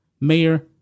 mayor